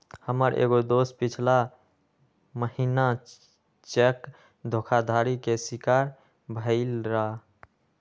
हमर एगो दोस पछिला महिन्ना चेक धोखाधड़ी के शिकार भेलइ र